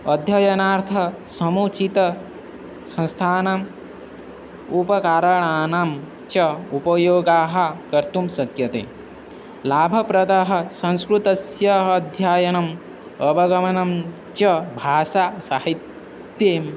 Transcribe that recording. अध्ययनार्थं समुचितं संस्थानाम् उपकरणानां च उपयोगः कर्तुं शक्यते लाभप्रदः संस्कृतस्य अध्ययनम् अवगमनं च भाषासाहित्यम्